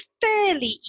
fairly